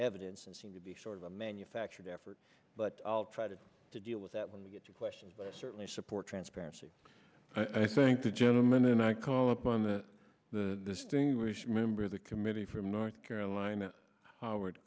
evidence and seem to be sort of a manufactured effort but i'll try to deal with that when we get to questions but i certainly support transparency i think the gentleman and i call upon the thing we should remember the committee from north carolina howard